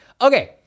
Okay